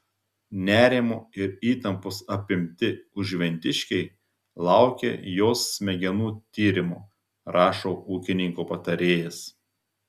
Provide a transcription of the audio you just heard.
nerimo ir įtampos apimti užventiškiai laukia jos smegenų tyrimo rašo ūkininko patarėjas